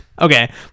Okay